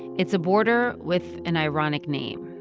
it's a border with an ironic name.